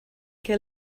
que